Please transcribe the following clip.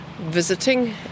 visiting